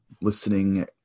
listening